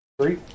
three